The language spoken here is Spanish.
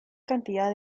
cantidad